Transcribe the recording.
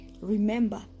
Remember